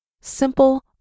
simple